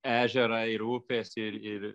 ežerai ir upės ir ir